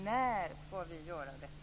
När skall vi göra detta?